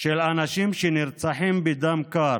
של אנשים שנרצחים בדם קר,